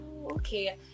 Okay